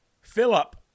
Philip